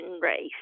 race